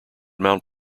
mount